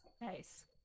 nice